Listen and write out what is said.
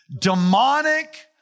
demonic